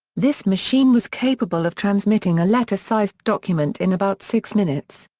this machine was capable of transmitting a letter-sized document in about six minutes.